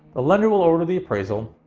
the lender will order the appraisal.